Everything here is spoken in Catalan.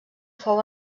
fou